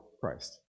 Christ